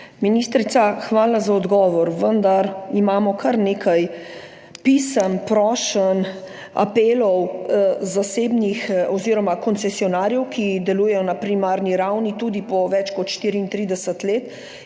Ministrica, hvala za odgovor, vendar imamo kar nekaj pisem, prošenj, apelov koncesionarjev, ki delujejo na primarni ravni tudi po več kot 34 let,